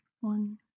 one